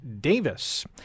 Davis